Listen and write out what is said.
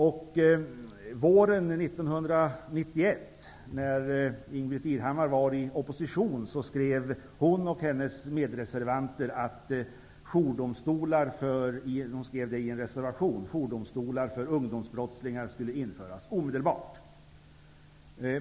Våren 1991, när Ingbritt Irhammar var i opposition, skrev hon en reservation där hon och hennes medreservanter krävde att jourdomstolar för ungdomsbrottslingar skulle införas omedelbart.